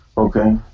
okay